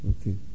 Okay